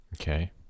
Okay